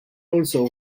also